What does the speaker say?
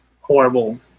horrible